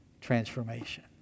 transformation